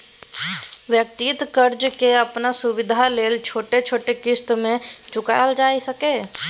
व्यक्तिगत कर्जा के अपन सुविधा लेल छोट छोट क़िस्त में चुकायल जाइ सकेए